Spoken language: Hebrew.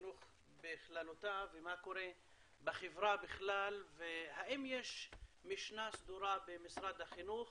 החינוך בכללותה ומה קורה בחברה בכלל והאם יש משנה סדורה במשרד החינוך,